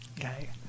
okay